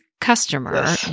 customer